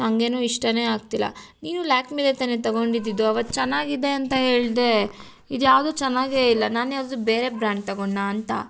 ನನಗೆನೋ ಇಷ್ಟವೇ ಆಗ್ತಿಲ್ಲ ನೀನು ಲ್ಯಾಕ್ಮಿದೇ ತಾನೆ ತಗೊಂಡಿದ್ದು ಅವತ್ತು ಚೆನ್ನಾಗಿದೆ ಅಂತ ಹೇಳಿದೆ ಇದ್ಯಾವುದು ಚೆನ್ನಾಗೇ ಇಲ್ಲ ನಾನು ಯಾವ್ದೋ ಬೇರೆ ಬ್ರ್ಯಾಂಡ್ ತಗೊಂಡೆನಾ ಅಂತ